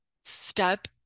step